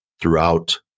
throughout